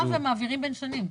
מעבירים בין שנים.